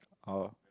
or